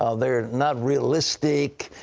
ah theyre not realistic.